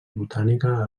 botànica